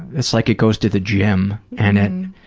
it's like it goes to the gym. and then,